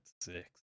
six